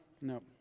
No